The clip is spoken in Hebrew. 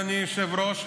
אדוני היושב-ראש,